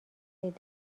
عید